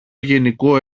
γενικό